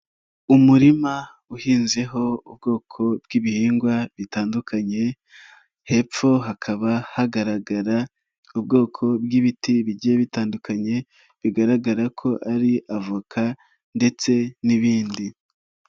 Umurima uhinzeho ubwoko bw'ibihingwa bitandukanye hepfo hakaba hagaragara ubwoko bw'ibiti bigiye bitandukanye bigaragara ko ari avoka ndetse n'ibindi.